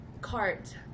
cart